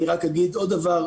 אני רק אגיד עוד דבר,